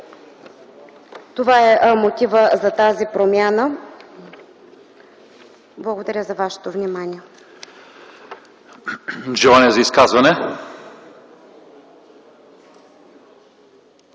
това е мотивът за тази промяна. Благодаря за вашето внимание.